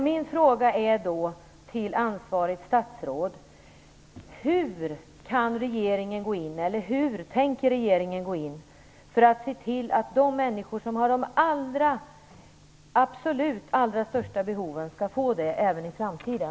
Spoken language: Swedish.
Min fråga till ansvarigt statsråd är då: Hur tänker regeringen göra för att se till att de människor som har de absolut största behoven skall få dem uppfyllda även i framtiden?